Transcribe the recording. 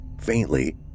Faintly